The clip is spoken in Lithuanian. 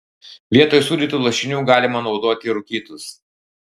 vietoj sūdytų lašinių galima naudoti rūkytus